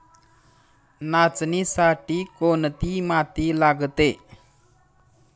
नाचणीसाठी कोणती माती लागते?